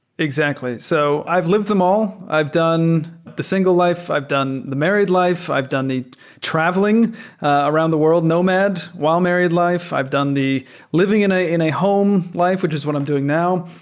exactly. so i've lived them all. i've done the single life. i've done the married life. i've done the traveling around the world, nomad, while married life. i've done the living in a in a home life, which is what i'm doing now.